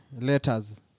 letters